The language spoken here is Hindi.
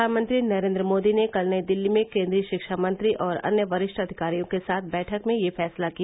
प्रधानमंत्री नरेन्द्र मोदी ने कल नई दिल्ली में केन्द्रीय शिक्षा मंत्री और अन्य वरिष्ठ अधिकारियों के साथ बैठक में यह फैसला किया